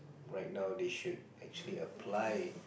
right now they should actually apply